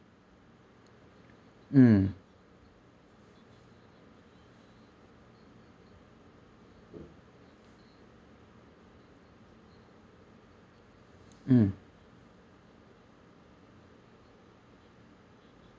mm mm